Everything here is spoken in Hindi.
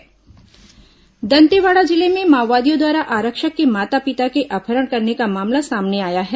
माओवादी अपहरण दंतेवाड़ा जिले में माओवादियों द्वारा आरक्षक के माता पिता के अपहरण करने का मामला सामने आया है